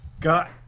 Got